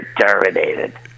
terminated